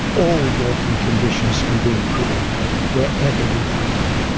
all working conditions can be improved wherever we find them.